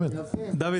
דוד,